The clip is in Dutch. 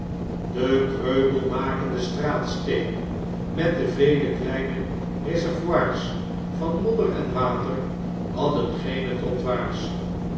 de kreupelmakende straatsteenen met devele kleine reservoirs van modder en water hadden geene trottoirs